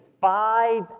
five